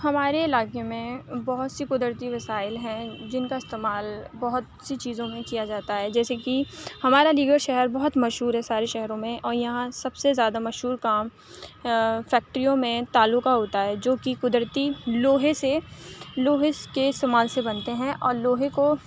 ہمارے علاقے میں بہت سی قدرتی وسائل ہیں جن کا استعمال بہت سی چیزوں میں کیا جاتا ہے جیسے کہ ہمارا علی گڑھ شہر بہت مشہور ہے سارے شہروں میں اور یہاں سب سے زیادہ مشہور کام فیکٹریوں میں تالو کا ہوتا ہے جو کہ قدرتی لوہے سے لوہے کے سامان سے بنتے ہیں اور لوہے کو